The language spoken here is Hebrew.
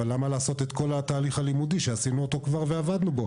אבל למה לעשות את כל התהליך הלימודי שעשינו אותו כבר בעבר?